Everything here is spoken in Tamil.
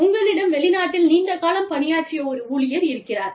உங்களிடம் வெளிநாட்டில் நீண்ட காலம் பணியாற்றிய ஒரு ஊழியர் இருக்கிறார்